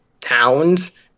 towns